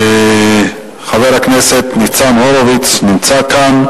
חבר הכנסת ניצן הורוביץ, נמצא כאן.